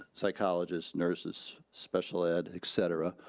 psychologists, nurses, special ed, et cetera.